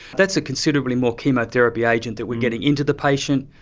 that's considerably more chemotherapy agent that we are getting into the patient,